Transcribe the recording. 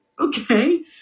okay